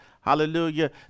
Hallelujah